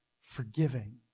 forgiving